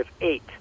eight